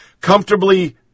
comfortably